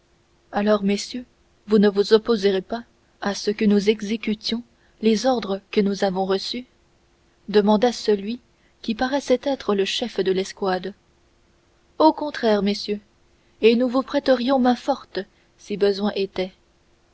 alors messieurs vous ne vous opposerez pas à ce que nous exécutions les ordres que nous avons reçus demanda celui qui paraissait le chef de l'escouade au contraire messieurs et nous vous prêterions main-forte si besoin était